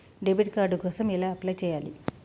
Debit card కోసం ఎలా apply చేయాలి?